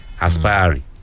aspiring